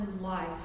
life